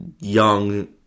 young